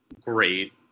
great